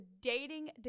dating